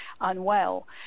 unwell